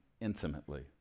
intimately